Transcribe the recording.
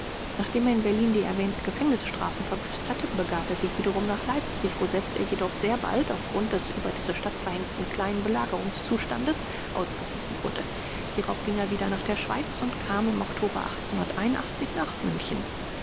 nachdem er in berlin die erwähnten gefängnisstrafen verbüßt hatte begab er sich wiederum nach leipzig woselbst er jedoch sehr bald auf grund des über diese stadt verhängten kleinen belagerungszustandes ausgewiesen wurde hierauf ging er wieder nach der schweiz und kam im oktober nach münchen